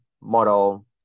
model